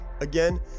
Again